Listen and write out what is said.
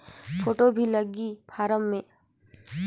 Photo भी लगी form मे?